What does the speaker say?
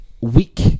weak